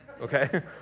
okay